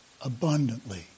abundantly